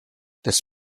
this